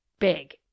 big